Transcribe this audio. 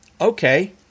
Okay